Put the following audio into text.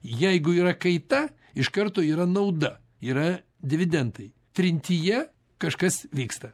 jeigu yra kaita iš karto yra nauda yra dividendai trintyje kažkas vyksta